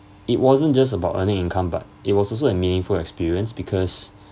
it wasn't just about earning income but it was also a meaningful experience because